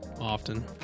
often